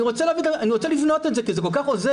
אני רוצה לבנות את זה כי זה כל כך עוזר.